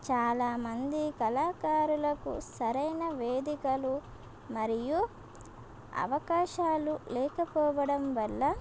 చాలా మంది కళాకారులకు సరైన వేదికలు మరియు అవకాశాలు లేకపోవడం వల్ల